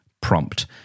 prompt